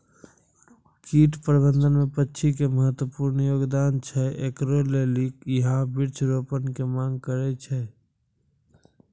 कीट प्रबंधन मे पक्षी के महत्वपूर्ण योगदान छैय, इकरे लेली यहाँ वृक्ष रोपण के मांग करेय छैय?